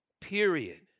period